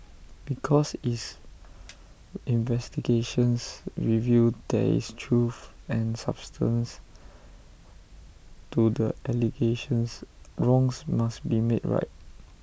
because is investigations reveal there is truth and substance to the allegations wrongs must be made right